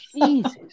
Jesus